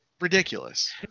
ridiculous